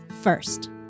first